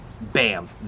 Bam